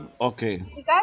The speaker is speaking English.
okay